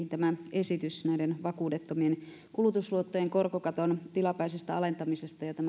esitys näiden vakuudettomien kulutusluottojen korkokaton tilapäisestä alentamisesta ja tämän